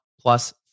plus